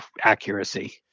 accuracy